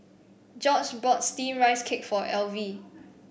George bought steamed Rice Cake for Elvie